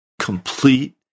Complete